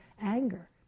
anger